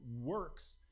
works